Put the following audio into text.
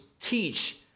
teach